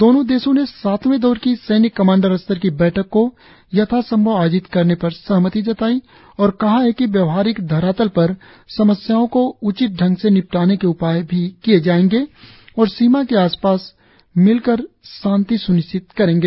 दोनों देशों ने सातवें दौर की सैन्य कमांडर स्तर की बैठक को यथा संभव आयोजित करने पर सहमति जताई और कहा है कि व्यावहारिक धरातल पर समस्याओं को उचित ढंग से निपटाने के उपाय भी किए जाएंगे और सीमा के आस पास मिलकर शांति सुनिश्चित करेंगे